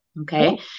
Okay